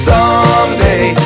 Someday